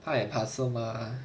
他也怕是吗